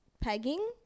pegging